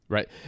Right